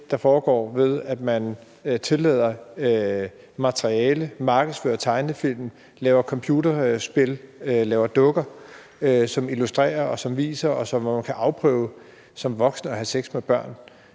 der foregår, ved at man tillader materiale – altså markedsfører tegnefilm, laver computerspil og dukker, som illustrerer, hvordan man som voksen kan afprøve det at have sex med børn.